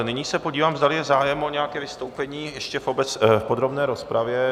Nyní se podívám, zdali je zájem o nějaké vystoupení ještě v podrobné rozpravě.